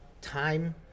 Time